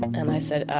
and i said,